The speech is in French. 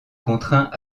contraint